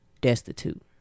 destitute